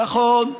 נכון,